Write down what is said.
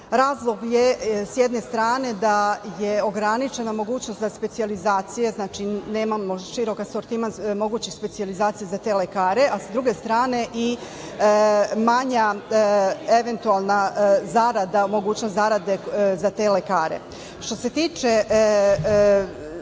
Razlog je s jedne strane da je ograničena mogućnost za specijalizacije, znači nemamo širok asortiman mogućih specijalizacija za te lekare, a s druge strane i manja eventualna mogućnost zarade za te lekare. Što se tiče